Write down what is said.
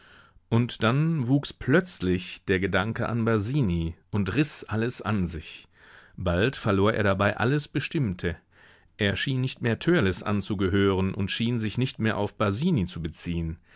und dann wuchs plötzlich der gedanke an basini und riß alles an sich bald verlor er dabei alles bestimmte er schien nicht mehr törleß anzugehören und schien sich nicht mehr auf basini zu beziehen